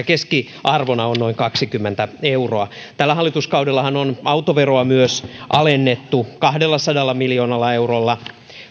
keskiarvona on noin kaksikymmentä euroa tällä hallituskaudellahan on myös autoveroa alennettu kahdellasadalla miljoonalla euroalla